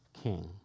king